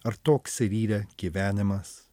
ar toks ir yra gyvenimas